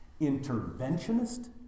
interventionist